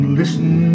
listen